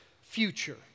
future